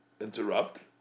interrupt